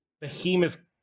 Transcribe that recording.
behemoth